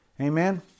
Amen